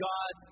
God